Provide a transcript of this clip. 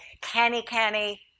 canny-canny